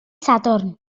sadwrn